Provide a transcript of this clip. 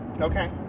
Okay